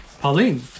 Pauline